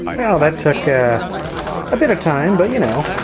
well that took a bit of time but you know